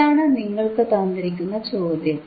ഇതാണ് നിങ്ങൾക്കു തന്നിരിക്കുന്ന ചോദ്യം